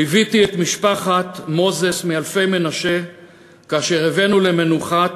ליוויתי את משפחת מוזס מאלפי-מנשה כאשר הבאנו למנוחת